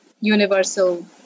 universal